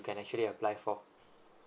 can actually apply for